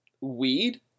weed